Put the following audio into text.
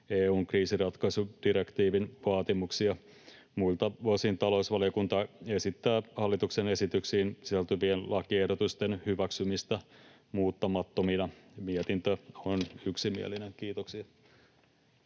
EU:n kriisinratkaisudirektiivin vaatimuksia. Muilta osin talousvaliokunta esittää hallituksen esitykseen sisältyvien lakiehdotusten hyväksymistä muuttamattomina. Mietintö on yksimielinen. — Kiitoksia.